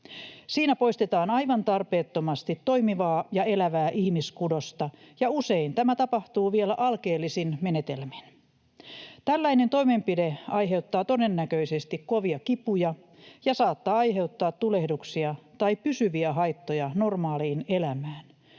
Siinä poistetaan aivan tarpeettomasti toimivaa ja elävää ihmiskudosta, ja usein tämä tapahtuu vielä alkeellisin menetelmin. Tällainen toimenpide aiheuttaa todennäköisesti kovia kipuja ja saattaa aiheuttaa tulehduksia tai pysyviä haittoja normaaliin elämään,